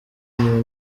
inyuma